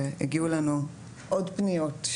שהגיעו לנו עוד פניות.